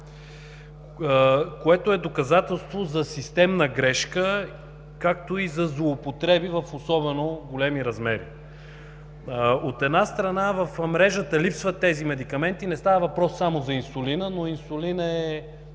което е доказателство за системна грешка, както и за злоупотреби в особено големи размери. От една страна, в мрежата липсват тези медикаменти – не става въпрос само за инсулина, но той е